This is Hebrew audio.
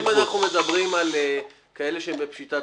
אם אנחנו מדברים על כאלה שהם בפשיטת